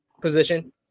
position